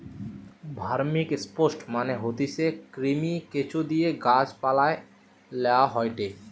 vermicompost মানে হতিছে কৃমি, কেঁচোদিয়ে গাছ পালায় লেওয়া হয়টে